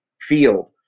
field